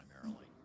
primarily